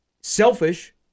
Selfish